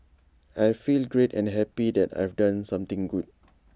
I feel great and happy that I've done something good